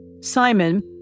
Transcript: Simon